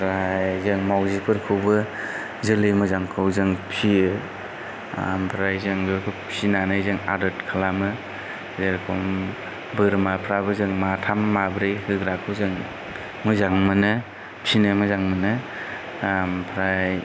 आमफ्राय जों मावजिफोरखौबो जोलै मोजांखौ जों फियो आमफ्राय जों बेखौ फिनानै जों आदोद खालामो जेरख'म बोरमाफ्राबो जों माथाम माब्रै होग्राखौ जों मोजां मोनो फिनो मोजां मोनो आमफ्राय